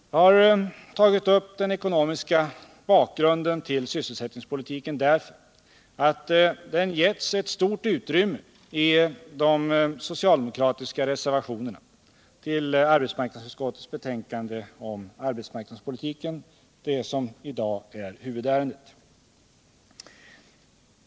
Jag har tagit upp den ekonomiska bakgrunden till sysselsättningspolitiken därför att den getts ett stort utrymme i de socialdemokratiska reservationerna till arbetsmarknadsutskottets betänkande om arbetsmarknadspolitiken som vi diskuterar i dag.